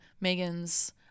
Megan's